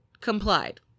complied